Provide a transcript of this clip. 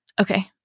Okay